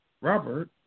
Robert